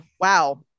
Wow